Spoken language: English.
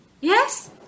yes